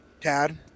Tad